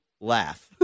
laugh